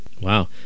Wow